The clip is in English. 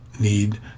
need